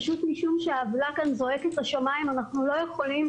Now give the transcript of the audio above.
פשוט משום שהעוולה כאן זועקת לשמיים אנחנו לא יכולים